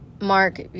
Mark